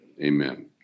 Amen